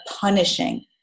punishing